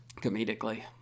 Comedically